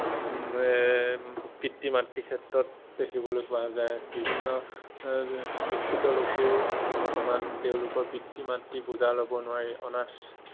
পিতৃ মাতৃৰ ক্ষেত্ৰত দেখিবলৈ পোৱা যায় বিভিন্ন শিক্ষিত লোকেও বৰ্তমান তেওঁলোকৰ পিতৃ মাতৃৰ বোজা ল'ব নোৱাৰি অনাথ